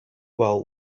well